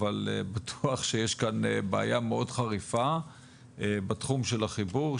אבל בטוח שיש כאן בעיה מאוד חריפה בתחום של החיבור,